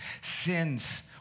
sins